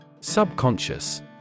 Subconscious